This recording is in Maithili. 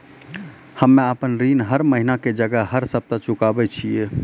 हम्मे आपन ऋण हर महीना के जगह हर सप्ताह चुकाबै छिये